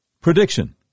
Prediction